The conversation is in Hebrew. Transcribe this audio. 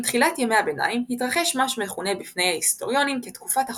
עם תחילת ימי הביניים התרחש מה שמכונה בפי היסטוריונים כ"תקופת החושך",